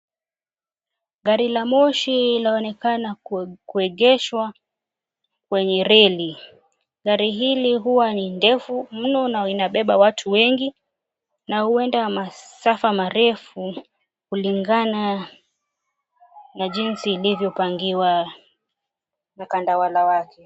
Garimoshi laonekana kuegeshwa kwenye reli. Gari hili huwa ni ndefu mno na linabeba watu wengi na huenda masafa marefu kulingana na jinsi ilivyopangiwa na kandawala wake.